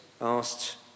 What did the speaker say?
asked